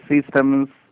systems